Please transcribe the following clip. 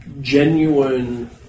genuine